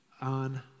on